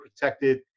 protected